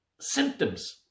symptoms